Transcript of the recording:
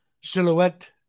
Silhouette